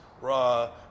raw